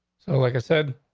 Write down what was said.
so, like i said,